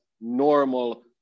normal